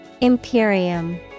Imperium